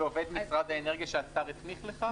על עובד משרד האנרגיה שהשר הסמיך לכך?